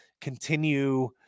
continue